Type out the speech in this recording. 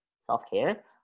self-care